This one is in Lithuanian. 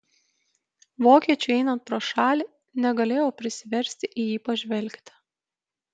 vokiečiui einant pro šalį negalėjau prisiversti į jį pažvelgti